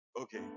Okay